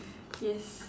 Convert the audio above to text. yes